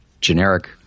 generic